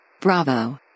Bravo